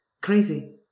crazy